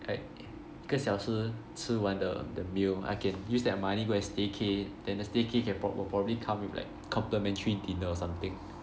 like 一个小时吃完的 the meal I can use that money go and staycay then the staycay can pro~ wil~ will probably come with like complimentary dinner or something